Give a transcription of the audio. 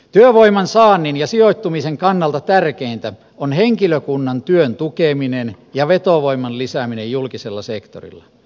työvoiman saannin ja sijoittumisen kannalta tärkeintä on henkilökunnan työn tukeminen ja vetovoiman lisääminen julkisella sektorilla